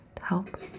help